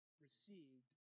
Received